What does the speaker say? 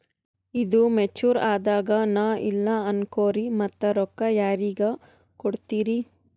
ಈದು ಮೆಚುರ್ ಅದಾಗ ನಾ ಇಲ್ಲ ಅನಕೊರಿ ಮತ್ತ ರೊಕ್ಕ ಯಾರಿಗ ಕೊಡತಿರಿ?